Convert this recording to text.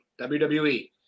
WWE